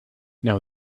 now